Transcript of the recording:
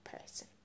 person